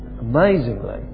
Amazingly